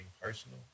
personal